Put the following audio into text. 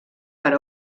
per